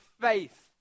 faith